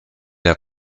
der